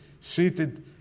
seated